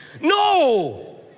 No